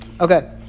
Okay